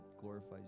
glorifies